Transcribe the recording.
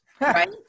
Right